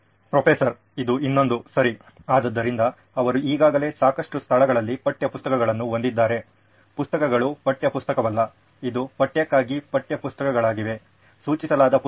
professor ಇದು ಇನ್ನೊಂದು ಸರಿ ಆದ್ದರಿಂದ ಅವರು ಈಗಾಗಲೇ ಸಾಕಷ್ಟು ಸ್ಥಳಗಳಲ್ಲಿ ಪಠ್ಯಪುಸ್ತಕಗಳನ್ನು ಹೊಂದಿದ್ದಾರೆ ಪುಸ್ತಕಗಳು ಪಠ್ಯಪುಸ್ತಕವಲ್ಲ ಇದು ಪಠ್ಯಕ್ಕಾಗಿ ಪಠ್ಯಪುಸ್ತಕಗಳಾಗಿವೆ ಸೂಚಿಸಲಾದ ಪುಸ್ತಕಗಳು